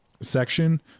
section